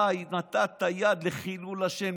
אתה נתת יד לחילול השם,